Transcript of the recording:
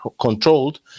controlled